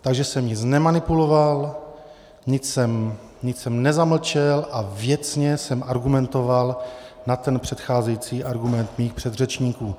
Takže jsem nic nemanipuloval, nic jsem nezamlčel a věcně jsem argumentoval na ten předcházející argument mých předřečníků.